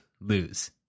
lose